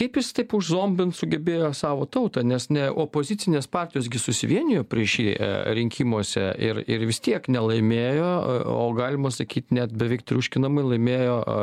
kaip jis taip užzombint sugebėjo savo tautą nes neopozicinės partijos gi susivienijo prieš jį rinkimuose ir ir vis tiek nelaimėjo o galima sakyt net beveik triuškinamai laimėjo